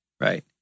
right